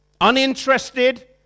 Uninterested